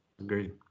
agreed